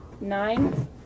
Nine